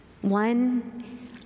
One